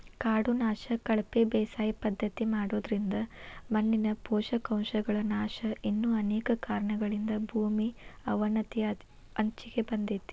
ಕಾಡು ನಾಶ, ಕಳಪೆ ಬೇಸಾಯ ಪದ್ಧತಿ ಮಾಡೋದ್ರಿಂದ ಮಣ್ಣಿನ ಪೋಷಕಾಂಶಗಳ ನಾಶ ಇನ್ನು ಅನೇಕ ಕಾರಣಗಳಿಂದ ಭೂಮಿ ಅವನತಿಯ ಅಂಚಿಗೆ ಬಂದೇತಿ